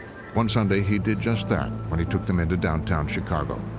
one sunday, he did just that when he took them into downtown chicago.